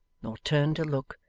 nor turned to look,